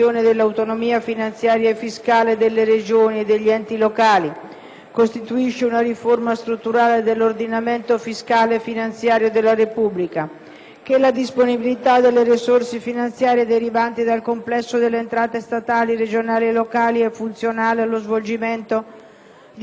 costituisce una riforma strutturale dell'ordinamento fiscale e finanziario della Repubblica, che la disponibilità delle risorse finanziarie derivanti dal complesso delle entrate statali, regionali e locali è funzionale allo svolgimento di compiti e funzioni nelle materie di competenza e nel corso